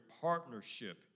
partnership